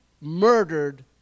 murdered